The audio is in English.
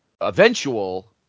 eventual